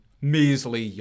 measly